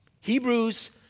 Hebrews